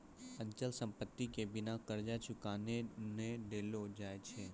अचल संपत्ति के बिना कर्जा चुकैने नै देलो जाय छै